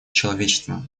человечеством